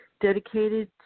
dedicated